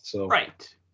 Right